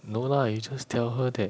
no lah you just tell her that